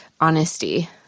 Honesty